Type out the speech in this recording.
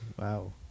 Wow